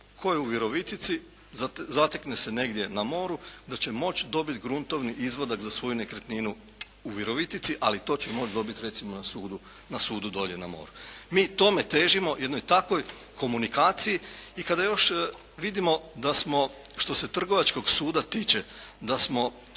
tko je u Virovitici, zatekne se negdje na moru, da će moći dobiti gruntovni izvadak za svoju nekretninu u Virovitici, ali to će moći dobiti recimo na sudu dolje na moru. Mi tome težimo, jednoj takvoj komunikaciji. I kada još vidimo da smo što se trgovačkog suda tiče, da smo